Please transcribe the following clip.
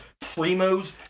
Primo's